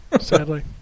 sadly